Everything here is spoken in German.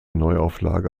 neuauflage